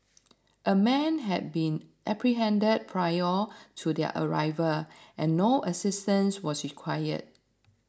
a man had been apprehended prior to their arrival and no assistance was required